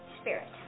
Spirit